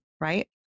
right